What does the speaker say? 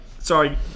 Sorry